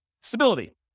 Stability